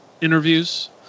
interviews